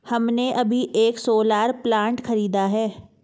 हमने अभी एक सोलर प्लांट खरीदा है